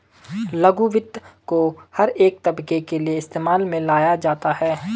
लघु वित्त को हर एक तबके के लिये इस्तेमाल में लाया जाता है